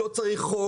לא צריך חוק.